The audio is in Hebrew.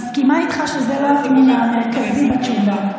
אני מסכימה איתך שזה לא הטיעון המרכזי בתשובה.